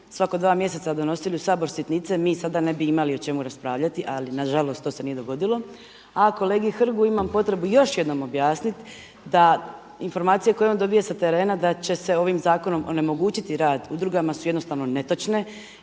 svako dva mjeseca donosili u Sabor sitnice mi sada ne bismo imali o čemu raspravljati, ali na žalost to se nije dogodilo. A kolegi Hrgu imam potrebu još jednom objasnit da informacije koje on dobija sa terena da će se ovim zakonom onemogućiti rad udrugama su jednostavno netočne.